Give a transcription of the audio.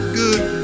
good